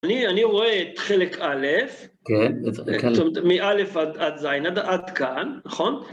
אני רואה את חלק א', כן, כן. זאת אומרת, מא' עד ז', עד כאן, נכון?